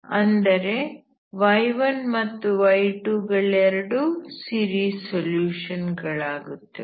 ಅಂದರೆ y1 ಮತ್ತು y2 ಗಳೆರಡೂ ಸೀರೀಸ್ ಸೊಲ್ಯೂಷನ್ ಗಳಾಗುತ್ತವೆ